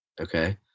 Okay